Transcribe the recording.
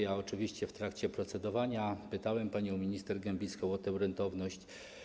Ja oczywiście w trakcie procedowania pytałem panią minister Gembicką o tę rentowność.